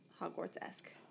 Hogwarts-esque